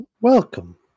Welcome